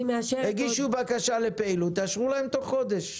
הגישו בקשה לפעילות תאשרו להם בתוך חודש.